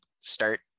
start